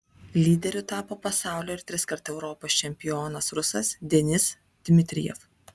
lyderiu tapo pasaulio ir triskart europos čempionas rusas denis dmitrijev